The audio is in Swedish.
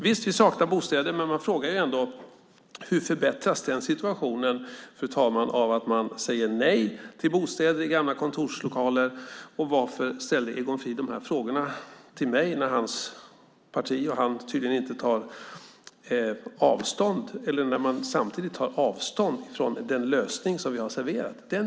Visst saknar vi bostäder, men man undrar ändå, fru talman, hur den situationen förbättras av att man säger nej till bostäder i gamla kontorslokaler. Varför ställer Egon Frid de här frågorna till mig när han och hans parti samtidigt tar avstånd från den lösning som vi har serverat?